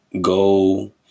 Go